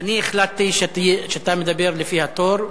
אני החלטתי שאתה מדבר לפי התור,